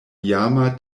iama